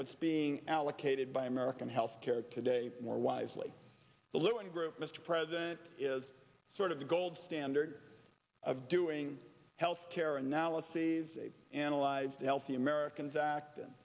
what's being allocated by american health care today more wisely the lewin group mr president is sort of the gold standard of doing health care analyses analyzed healthy americans act